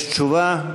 יש תשובה?